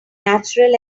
natural